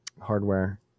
hardware